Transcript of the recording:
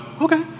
okay